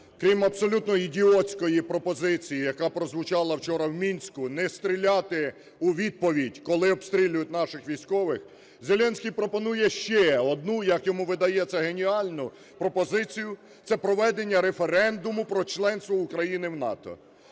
Крім абсолютноідіотської пропозиції, яка прозвучала вчора в Мінську, не стріляти у відповідь, коли обстрілюють наших військових, Зеленський пропонує ще одну, як йому видається, геніальну пропозицію – це проведення референдуму про членство України в НАТО.